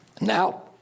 Now